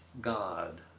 God